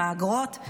האגרות.